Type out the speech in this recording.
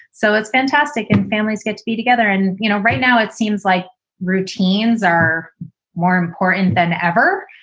so it's fantastic. and families get to be together. and, you know, right now it seems like routines are more important than ever.